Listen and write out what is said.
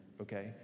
okay